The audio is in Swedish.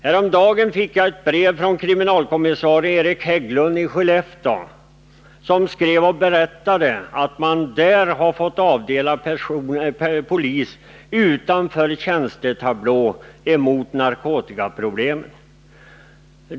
Häromdagen fick jag ett brev från kriminalkommissarie Erik Hägglund i Skellefteå som berättade att man även Nr 139 där har fått avdela poliser, utöver dem man har enligt tjänstetablån, för kampen mot narkotikaproblemen.